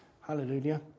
hallelujah